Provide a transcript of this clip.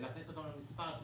כדי להכניס אותם למשחק,